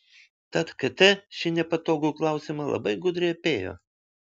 tad kt šį nepatogų klausimą labai gudriai apėjo